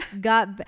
got